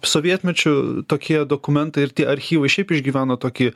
sovietmečiu tokie dokumentai ir tie archyvai šiaip išgyveno tokį